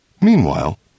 Meanwhile